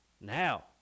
Now